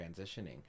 transitioning